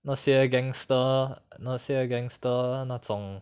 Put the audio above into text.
那些 gangster 那些 gangster 那种